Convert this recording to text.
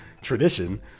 tradition